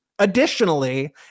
Additionally